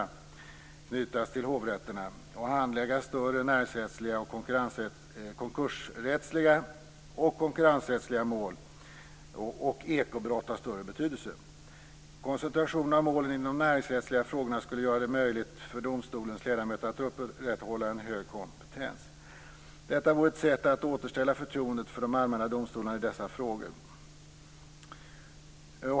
De skulle knytas till hovrätterna och handlägga större näringsrättsliga, konkursrättsliga och konkurrensrättsliga mål och ekobrott av större betydelse. Koncentrationen av målen inom de näringsrättsliga frågorna skulle göra det möjligt för domstolens ledamöter att upprätthålla en hög kompetens. Detta vore ett sätt att återställa förtroendet för de allmänna domstolarna i dessa frågor.